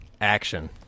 Action